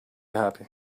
happy